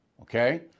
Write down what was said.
Okay